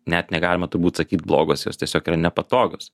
net negalima turbūt sakyt blogos jos tiesiog yra nepatogios